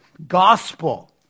gospel